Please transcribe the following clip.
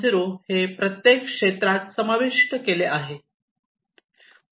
0 हे प्रत्येक क्षेत्रात समाविष्ट केले आहे